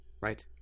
Right